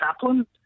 chaplain